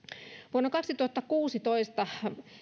vuonna kaksituhattakuusitoista